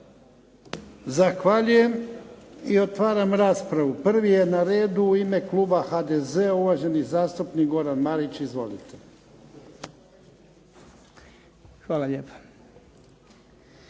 Zahvaljujem. I otvaram raspravu. Prvi je na redu u ime kluba HDZ-a uvaženi zastupnik Goran Marić. Izvolite. **Marić,